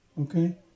Okay